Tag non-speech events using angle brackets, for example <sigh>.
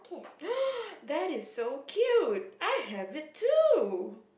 <noise> that is so cute I have it too